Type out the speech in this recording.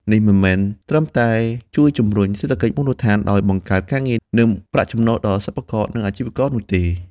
នេះមិនត្រឹមតែជួយ ជំរុញសេដ្ឋកិច្ចមូលដ្ឋាន ដោយបង្កើតការងារ និងប្រាក់ចំណូលដល់សិប្បករ និងអាជីវករនោះទេ។